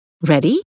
Ready